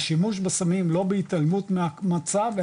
לשימוש בסמים לא בהתעלמות מהמצב,